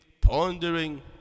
pondering